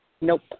Nope